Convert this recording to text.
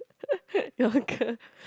your girl